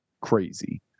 crazy